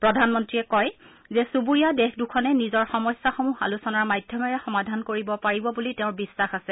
প্ৰধানমন্ত্ৰীয়ে কয় চূবুৰীয়া দেশ দুখনে নিজৰ সমস্যাসমূহ আলোচনাৰ মাধ্যমেৰে সমাধান কৰিব পাৰিব বুলি তেওঁৰ বিশ্বাস আছে